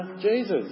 Jesus